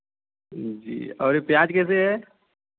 जी और यह प्याज़ कैसे हैं